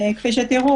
כפי שתראו,